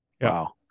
Wow